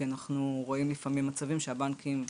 כי אנחנו רואים לפעמים מצבים שהבנקים,